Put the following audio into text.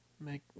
make